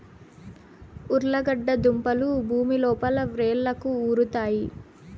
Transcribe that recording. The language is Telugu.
ఉర్లగడ్డ దుంపలు భూమి లోపల వ్రేళ్లకు ఉరుతాయి